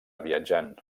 viatjant